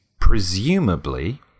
presumably